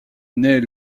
naît